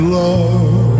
love